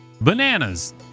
Bananas